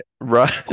right